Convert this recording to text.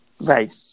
Right